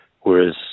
Whereas